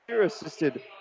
assisted